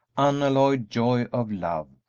unalloyed joy of love,